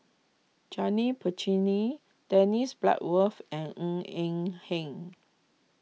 Janil Puthucheary Dennis Bloodworth and Ng Eng Hen